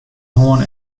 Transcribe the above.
hân